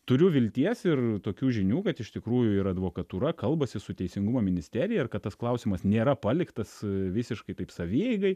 turiu vilties ir tokių žinių kad iš tikrųjų ir advokatūra kalbasi su teisingumo ministerija ir kad tas klausimas nėra paliktas visiškai taip savieigai